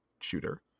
shooter